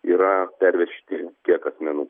yra pervežti tiek asmenų